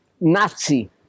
Nazi